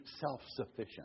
self-sufficient